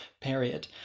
period